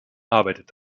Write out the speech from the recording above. arbeitet